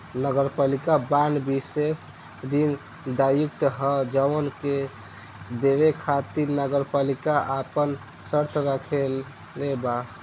नगरपालिका बांड विशेष ऋण दायित्व ह जवना के देवे खातिर नगरपालिका आपन शर्त राखले बा